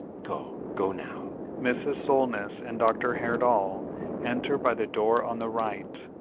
go, go now! mrs. solness and dr. herdal enter by the door on the right.